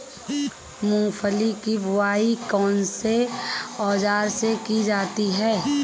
मूंगफली की बुआई कौनसे औज़ार से की जाती है?